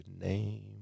name